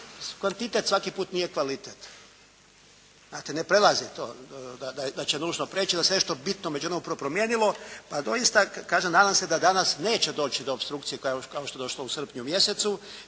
kvantitet svaki put nije kvalitet. Znate ne prelazi to da će nužno prijeći da se nešto bitno u međuvremenu promijenilo. Doista kažem nadam se danas neće doći do opstrukcije kao što je došlo u srpnju mjesecu